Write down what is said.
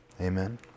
Amen